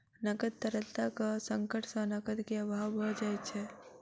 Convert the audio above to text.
नकद तरलताक संकट सॅ नकद के अभाव भ जाइत छै